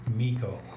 Miko